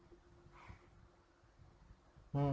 hmm